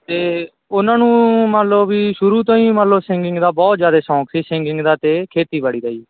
ਅਤੇ ਉਹਨਾਂ ਨੂੰ ਮੰਨ ਲਓ ਵੀ ਸ਼ੁਰੂ ਤੋਂ ਹੀ ਮਨ ਲਓ ਸਿੰਗਿੰਗ ਦਾ ਬਹੁਤ ਜ਼ਿਆਦਾ ਸ਼ੌਂਕ ਸੀ ਸਿੰਗਿੰਗ ਦਾ ਅਤੇ ਖੇਤੀਬਾੜੀ ਦਾ ਜੀ